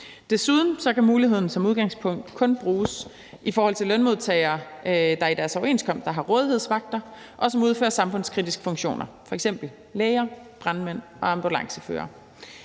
Desuden kan muligheden som udgangspunkt kun bruges i forhold til lønmodtagere, der i deres overenskomster har rådighedsvagter, og som udfører samfundskritiske funktioner, f.eks. læger, brandmænd og ambulanceførere.